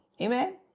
Amen